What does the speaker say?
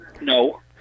No